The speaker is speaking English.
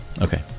okay